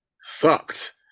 sucked